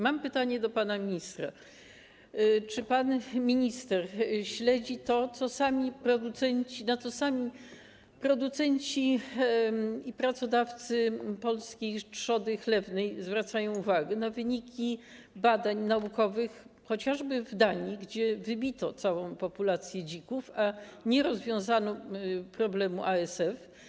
Mam pytanie do pana ministra: Czy pan minister śledzi to, na co sami pracodawcy, producenci polskiej trzody chlewnej zwracają uwagę, na wyniki badań naukowych chociażby w Danii, gdzie wybito całą populację dzików, a nie rozwiązano problemu ASF?